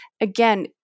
Again